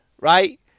Right